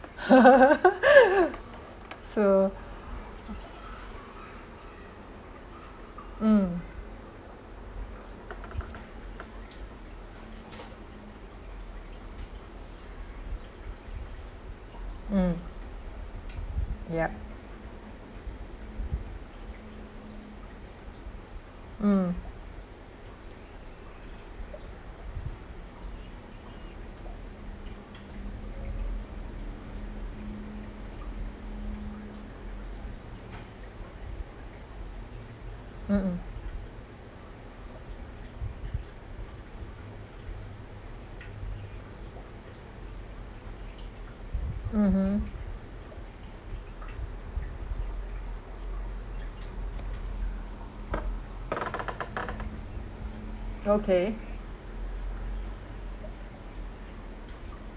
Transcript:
so mm mm yup mm mmhmm mmhmm okay